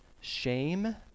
shame